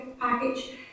package